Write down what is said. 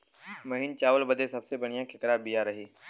महीन चावल बदे सबसे बढ़िया केकर बिया रही?